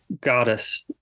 goddess